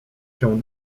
się